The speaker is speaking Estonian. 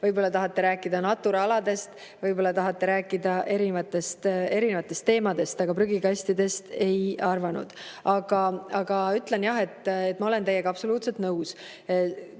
võib-olla tahate rääkida Natura aladest, võib-olla tahate rääkida erinevatest teemadest, aga et prügikastidest, seda ei arvanud. Ütlen jah, et ma olen teiega absoluutselt nõus.